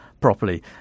properly